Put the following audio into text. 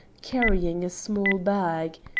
carrying a small bag.